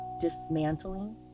dismantling